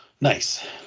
Nice